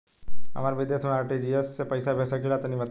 हम विदेस मे आर.टी.जी.एस से पईसा भेज सकिला तनि बताई?